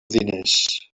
diners